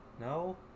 No